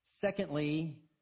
Secondly